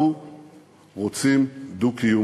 אנחנו רוצים דו-קיום